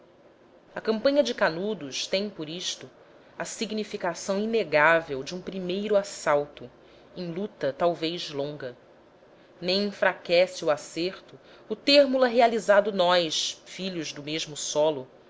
a campanha de canudos tem por isto a significação inegável de um primeiro assalto em luta talvez longa nem enfraquece o asserto o termo la realizado nós filhos do mesmo solo